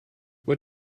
what